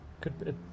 good